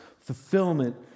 fulfillment